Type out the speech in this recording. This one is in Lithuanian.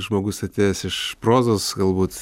žmogus atėjęs iš prozos galbūt